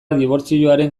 dibortzioaren